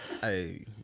Hey